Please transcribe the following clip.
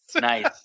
Nice